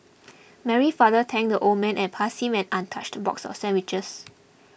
Mary's father thanked the old man and passed him an untouched box of sandwiches